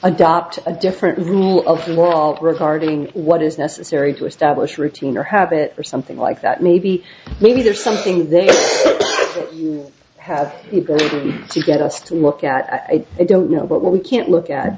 adopt a different rule of law regarding what is necessary to establish routine or habit or something like that maybe maybe there's something there you have it going to get us to look at it i don't know but we can't look at